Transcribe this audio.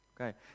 Okay